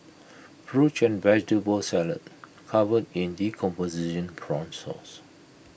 fruit and vegetable salad covered in decomposing prawn sauce